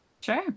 Sure